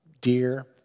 deer